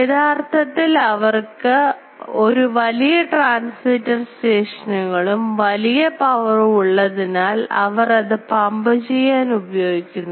യഥാർത്ഥത്തിൽ അവർക്ക് ഒരു വലിയ ട്രാൻസ്മിറ്റർ സ്റ്റേഷനുകളും വലിയ പവറും ഉള്ളതിനാൽ അവർ അത് പമ്പുചെയ്യാൻ ഉപയോഗിക്കുന്നു